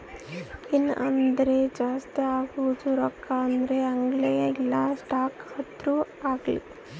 gain ಅಂದ್ರ ಜಾಸ್ತಿ ಆಗೋದು ರೊಕ್ಕ ಆದ್ರೂ ಅಗ್ಲಿ ಇಲ್ಲ ಸ್ಟಾಕ್ ಆದ್ರೂ ಆಗಿರ್ಲಿ